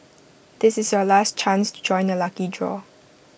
this is your last chance to join the lucky draw